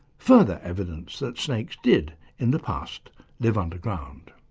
further evidence that snakes did in the past live underground.